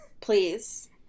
Please